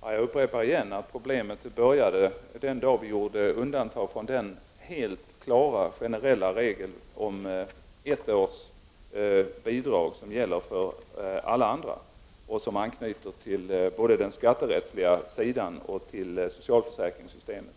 Herr talman! Jag upprepar på nytt att problemet började den dag vi gjorde undantag från den helt klara, generella regel om ett års bidrag, som gäller för alla andra, och som anknyter både till den skatterättsliga sidan och till socialförsäkringssystemet.